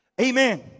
Amen